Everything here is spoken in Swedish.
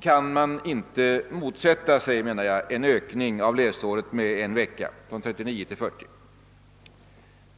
kan man inte motsätta sig en ökning av läsåret med en vecka, från 39 till 40.